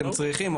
אתם צריכים.